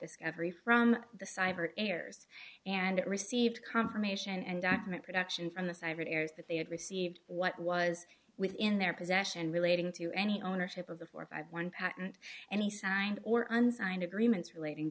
discovery from the cyber errors and received confirmation and document production from the cyber tears that they had received what was within their possession relating to any ownership of the four five one patent any signed or unsigned agreements relating